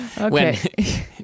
Okay